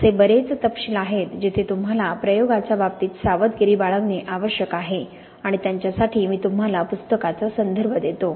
असे बरेच तपशील आहेत जिथे तुम्हाला प्रयोगाच्या बाबतीत सावधगिरी बाळगणे आवश्यक आहे आणि त्यांच्यासाठी मी तुम्हाला पुस्तकाचा संदर्भ देतो